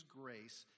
grace